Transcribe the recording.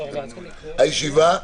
הישיבה נעולה.